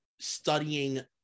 studying